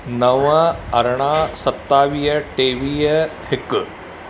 नव अरिड़हं सतावीह टेवीह हिकु